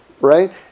right